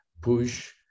push